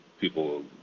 people